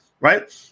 right